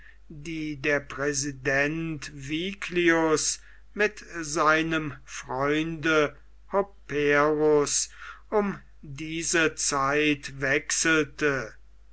die der präsident viglius mit seinem freunde hopperus um diese zeit wechselte